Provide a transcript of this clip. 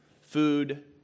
food